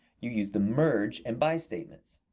you use the merge and by statements.